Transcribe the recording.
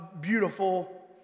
beautiful